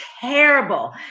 terrible